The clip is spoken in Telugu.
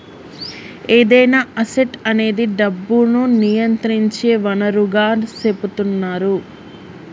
ఏదైనా అసెట్ అనేది డబ్బును నియంత్రించే వనరుగా సెపుతున్నరు